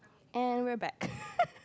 and we're back